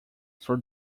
from